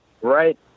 right